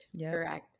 Correct